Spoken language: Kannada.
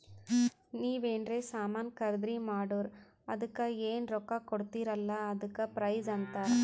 ನೀವ್ ಎನ್ರೆ ಸಾಮಾನ್ ಖರ್ದಿ ಮಾಡುರ್ ಅದುಕ್ಕ ಎನ್ ರೊಕ್ಕಾ ಕೊಡ್ತೀರಿ ಅಲ್ಲಾ ಅದಕ್ಕ ಪ್ರೈಸ್ ಅಂತಾರ್